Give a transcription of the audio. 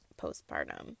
postpartum